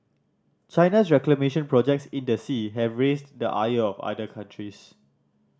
China's reclamation projects in the sea have raised the ire of other countries